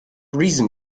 reason